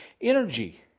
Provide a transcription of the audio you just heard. Energy